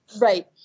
Right